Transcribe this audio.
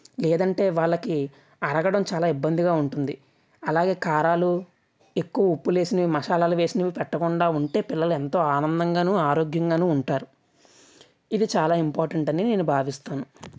లేదంటే వాళ్లకి అరగడం చాలా ఇబ్బందిగా ఉంటుంది అలాగే కారాలు ఎక్కువ ఉప్పు వేసినవి మసాలాలు వేసినవి పెట్టకుండా ఉంటే పిల్లలు ఎంతో ఆనందంగానూ ఆరోగ్యంగానూ ఉంటారు ఇది చాలా ఇంపార్టెంట్ అని నేను భావిస్తున్నా